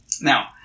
Now